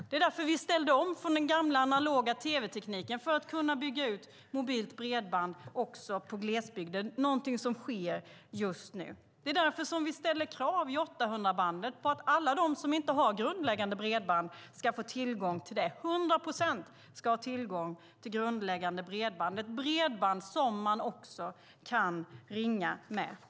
Det var därför vi ställde om från den gamla analoga tv-tekniken för att kunna bygga ut mobilt bredband också i glesbygden, något som sker just nu. Det är därför vi ställer krav i 800-bandet på att alla de som inte har grundläggande bredband ska få tillgång till det - 100 procent ska ha tillgång till grundläggande bredband, ett bredband som man också kan ringa med.